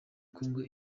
congo